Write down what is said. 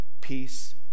peace